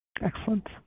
Excellent